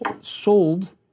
sold